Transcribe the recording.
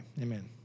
amen